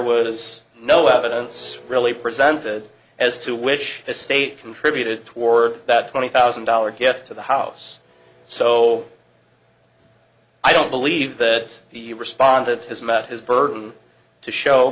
was no evidence really presented as to which the state contributed toward that twenty thousand dollar gift to the house so i don't believe that the respondent has met his burden to show